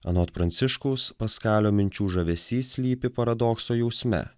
anot pranciškaus paskalio minčių žavesys slypi paradokso jausme